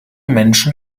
menschen